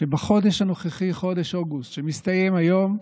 שבחודש הנוכחי, חודש אוגוסט, שמסתיים היום,